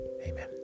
Amen